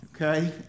Okay